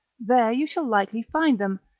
there you shall likely find them.